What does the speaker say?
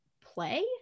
play